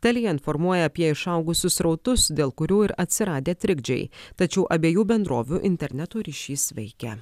telia informuoja apie išaugusius srautus dėl kurių ir atsiradę trikdžiai tačiau abiejų bendrovių internetų ryšys veikia